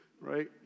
right